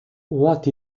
what